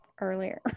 earlier